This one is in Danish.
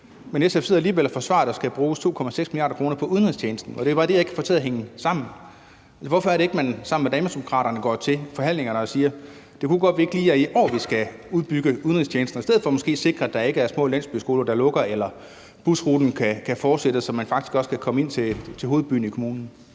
Men SF sidder alligevel og forsvarer, at der skal bruges 2,6 mia. kr. på udenrigstjenesten. Og det er bare det, jeg ikke kan få til at hænge sammen. Hvorfor går man ikke sammen med Danmarksdemokraterne til forhandlingerne og siger, at det godt kunne være, at det ikke lige er i år, vi skal udbygge udenrigstjenesten, og i stedet for måske sikre, at der ikke er små landsbyskoler, der lukker, eller at busruter kan fortsætte, så man faktisk også kan komme ind til hovedbyen i kommunen?